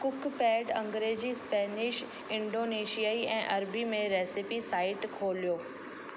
Cookpad अंग्रेजी Spanish इंडोनेशियाई ऐं अरबी में रेसिपी साइट खोलियो